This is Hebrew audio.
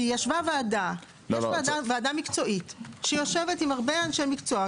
כי יש ועדה מקצועית שיושבת עם הרבה אנשי מקצוע,